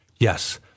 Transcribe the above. Yes